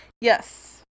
yes